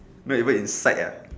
not even inside ah